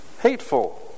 hateful